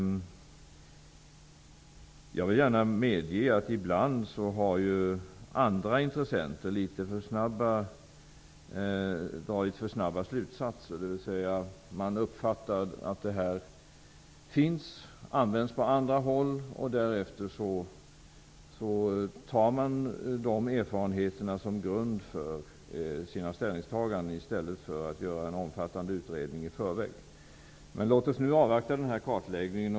Jag kan gärna medge att andra intressenter ibland dragit slutsatser litet för snabbt. Man uppfattar att ämnet används på andra håll, och man tar de erfarenheterna som grund för sitt ställningstagande i stället för att göra en omfattande utredning i förväg. Låt oss nu avvakta kartläggningen.